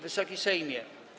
Wysoki Sejmie!